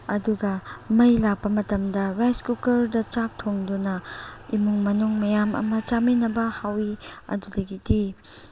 ꯑꯗꯨꯒ ꯃꯩ ꯂꯥꯛꯄ ꯃꯇꯝꯗ ꯔꯥꯏꯁ ꯀꯨꯀꯔꯗ ꯆꯥꯛ ꯊꯣꯡꯗꯨꯅ ꯏꯃꯨꯡ ꯃꯅꯨꯡ ꯃꯌꯥꯝ ꯑꯃ ꯆꯥꯃꯤꯟꯅꯕ ꯍꯥꯎꯋꯤ ꯑꯗꯨꯗꯒꯤꯗꯤ